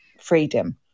freedom